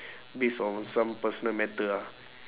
based on some personal matter ah